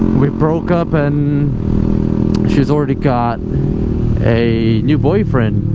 we broke up and she's already got a new boyfriend